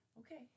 okay